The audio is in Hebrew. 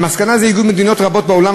למסקנה זו הגיעו מדינות רבות בעולם,